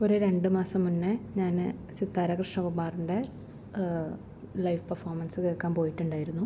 ഒരു രണ്ട് മാസം മുന്നേ ഞാന് സിത്താര കൃഷ്ണകുമാറിൻ്റെ ലൈവ് പെർഫോമൻസ് കേൾക്കാൻ പോയിട്ടുണ്ടായിരുന്നു